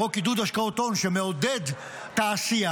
חוק עידוד השקעות הון, שמעודד תעשייה,